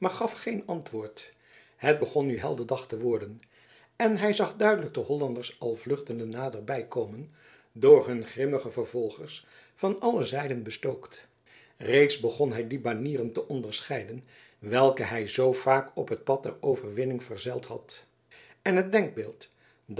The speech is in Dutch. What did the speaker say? gaf geen antwoord het begon nu helder dag te worden en hij zag duidelijk de hollanders al vluchtende naderbij komen door hun grimmige vervolgers van alle zijden bestookt reeds begon hij die banieren te onderscheiden welke hij zoo vaak op het pad der overwinning verzeld had en het